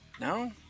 No